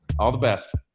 all the best.